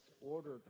ordered